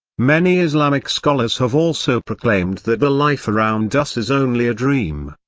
many islamic scholars have also proclaimed that the life around us is only a dream,